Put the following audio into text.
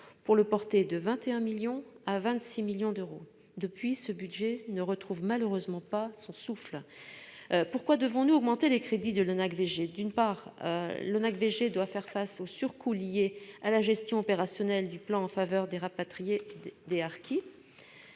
pour le porter de 21 millions à 26 millions d'euros. Depuis, ce budget ne retrouve malheureusement pas son souffle. Pourquoi devons-nous augmenter les crédits de l'ONAC-VG ? D'une part, l'ONAC-VG doit faire face aux surcoûts liés à la gestion opérationnelle du plan en faveur des rapatriés et des harkis.